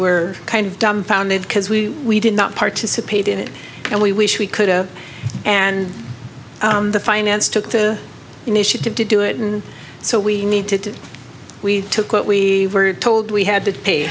were kind of dumbfounded because we we did not participate in it and we wish we could oh and the finance took the initiative to do it and so we need to we took what we were told we had to pay